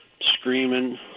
screaming